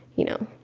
you know,